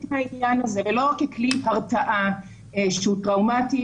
במקרה הזה ולא ככלי הרתעה שהוא טראומתי,